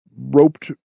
roped